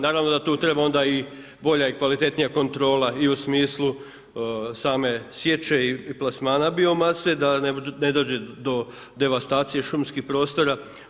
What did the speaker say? Naravno da tu treba onda i bolja i kvalitetnija kontrola i u smislu same sječe i plasmana biomase, da ne dođe do devastacije šumskih prostora.